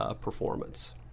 performance